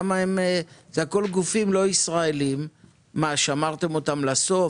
זה הכול גופים לא ישראליים, מה, שמרתם אותם לסוף?